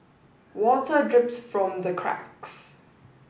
water drips from the cracks